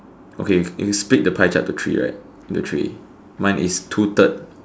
okay if you split the pie chart to three right into three mine is two third